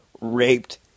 raped